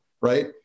right